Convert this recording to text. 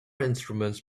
instruments